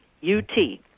U-T